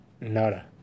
Nada